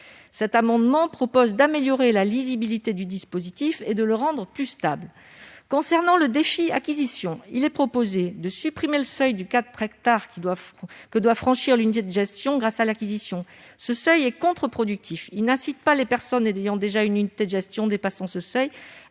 Cet amendement vise donc à améliorer la lisibilité du dispositif et à le rendre plus stable. En ce qui concerne le DEFI acquisition, il est proposé de supprimer le seuil de 4 hectares que doit franchir l'unité de gestion grâce à l'acquisition. Ce seuil est contre-productif. Il n'incite pas les personnes possédant déjà une unité de gestion dépassant ce seuil à